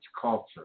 culture